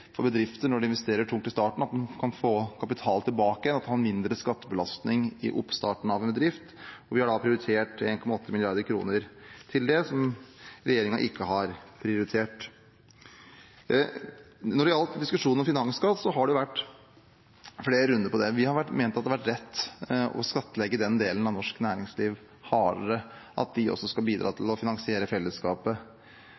for bedrifter når de investerer tungt i starten, at en kan få kapital tilbake, at en har mindre skattebelastning i oppstarten av en bedrift. Vi har prioritert 1,8 mrd. kr til det, noe som regjeringen ikke har prioritert. Når det gjelder diskusjonen om finansskatt, har det vært flere runder på det. Vi har ment at det har vært rett å skattlegge den delen av norsk næringsliv hardere, at de også skal bidra